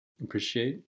appreciate